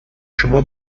شما